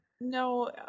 No